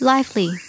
Lively